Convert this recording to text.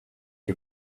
you